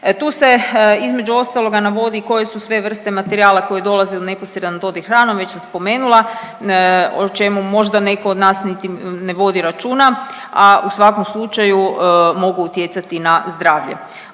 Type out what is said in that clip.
Tu se, između ostaloga, navodi i koje su sve vrste materijala koje dolaze u neposredan dodir hranom, već sam spomenula, o čemu možda netko od nas niti ne vodi računa, a u svakom slučaju, mogu utjecati na zdravlje.